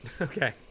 Okay